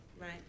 Right